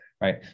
right